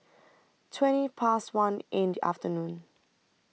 twenty Past one in The afternoon